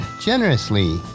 generously